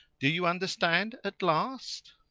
do you understand at last?